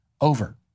over